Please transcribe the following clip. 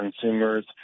consumers